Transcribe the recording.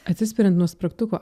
atsispiriant nuo spragtuko